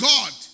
God